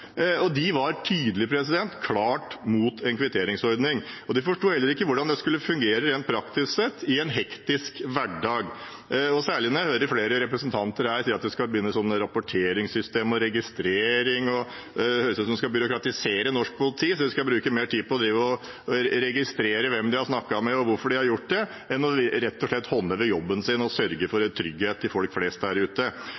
De var tydelig klart mot en kvitteringsordning. De forsto heller ikke hvordan det skulle fungere rent praktisk i en hektisk hverdag. Når jeg hører flere representanter si at man skal begynne med et rapporteringssystem og registrering, høres det ut som om man skal byråkratisere norsk politi sånn at de må bruke mer tid på å drive og registrere hvem de har snakket med og hvorfor de har gjort det, enn på rett og slett å håndheve jobben sin og sørge for